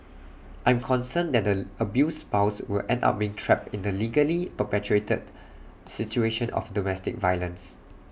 I'm concerned that the abused spouse will end up being trapped in the legally perpetuated situation of domestic violence